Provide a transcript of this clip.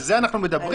על זה אנחנו מדברים?